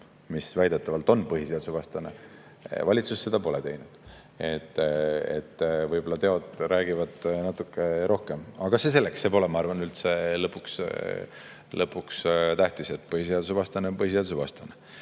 mis väidetavalt on põhiseadusvastane, pole valitsus seda teinud. Võib-olla teod räägivad natuke rohkem [enda eest]. Aga see selleks. See pole, ma arvan, üldse lõpuks tähtis. Põhiseadusvastane on põhiseadusvastane. Mida